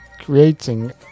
creating